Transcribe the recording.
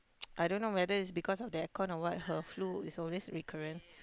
I don't know whether is because of the aircon or what her flu is always recurring